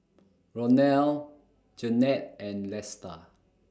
Ronal Jennette and Lesta